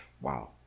Wow